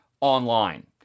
online